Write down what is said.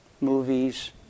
movies